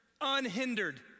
unhindered